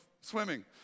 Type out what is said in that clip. swimming